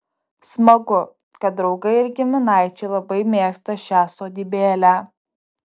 smagu kad draugai ir giminaičiai labai mėgsta šią sodybėlę